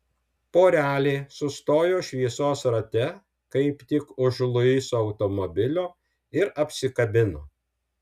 porelė sustojo šviesos rate kaip tik už luiso automobilio ir apsikabino